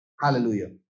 Hallelujah